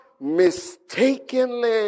mistakenly